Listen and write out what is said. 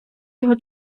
його